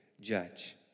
judge